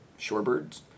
shorebirds